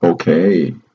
Okay